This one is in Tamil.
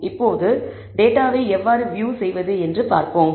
இப்போது டேட்டாவை எவ்வாறு வியூ செய்வது என்று பார்ப்போம்